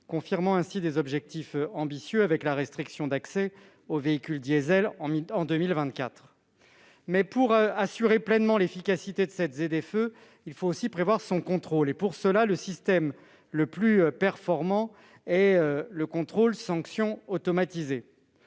confirmant ainsi des objectifs ambitieux, parmi lesquels la restriction d'accès aux véhicules diesel en 2024. Néanmoins, pour assurer pleinement l'efficacité de cette ZFE, il faut aussi prévoir son contrôle et, pour cela, le système le plus performant est le contrôle-sanction automatisé.